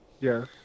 Yes